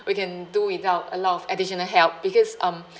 we can do without a lot of additional help because um